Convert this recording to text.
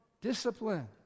discipline